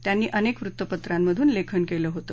त्यांनी अनेक वृत्तपत्रांमधून लेखन केले होते